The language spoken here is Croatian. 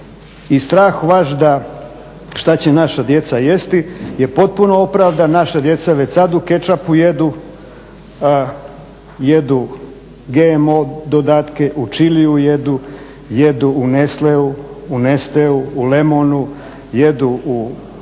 strah vaš da šta će naša djeca jesti je potpuno opravdan, naša djeca već sad u ketchupu jedu GMO dodatke, u čiliju jedu, jedu u Nestleu, u Nesteu, u lemonu, jedu u